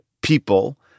people